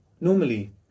normally